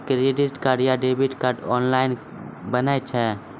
Credit card या debit card online बनै छै?